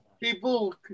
people